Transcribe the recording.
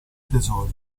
tesori